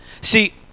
see